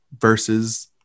versus